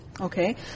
Okay